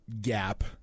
gap